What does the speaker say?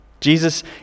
Jesus